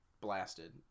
Blasted